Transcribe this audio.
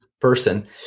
person